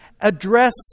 address